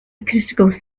critical